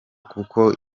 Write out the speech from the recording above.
kuko